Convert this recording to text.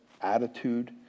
attitude